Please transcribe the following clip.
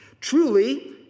Truly